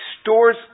stores